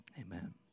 Amen